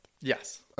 Yes